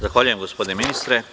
Zahvaljujem, gospodine ministre.